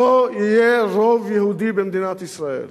שלא יהיה רוב יהודי במדינת ישראל.